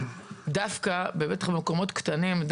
ובטח במקומות קטנים,